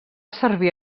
servir